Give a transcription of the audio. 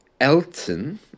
Elton